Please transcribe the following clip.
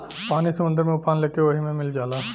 पानी समुंदर में उफान लेके ओहि मे मिल जाला